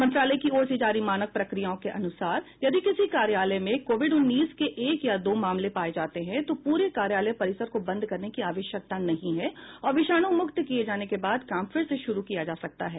मंत्रालय की ओर से जारी मानक प्रक्रियाओं के अनुसार यदि किसी कार्यालय में कोविड उन्नीस के एक या दो मामले पाए जाते हैं तो पूरे कार्यालय परिसर को बंद करने की आवश्यकता नहीं है और विषाणुमुक्त किए जाने के बाद काम फिर से शुरू किया जा सकता है